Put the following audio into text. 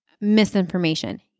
misinformation